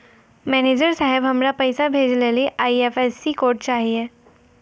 manager साहब, हमरा पैसा भेजै लेली आई.एफ.एस.सी कोड चाहियो